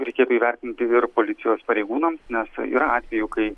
reikėtų įvertinti ir policijos pareigūnams nes yra atvejų kai